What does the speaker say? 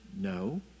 No